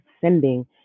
sending